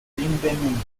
rinvenuta